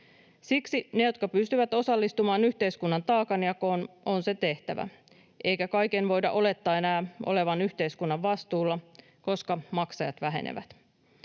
Siksi niiden, jotka pystyvät osallistumaan yhteiskunnan taakanjakoon, on se tehtävä, eikä kaiken voida olettaa enää olevan yhteiskunnan vastuulla, koska maksajat vähenevät.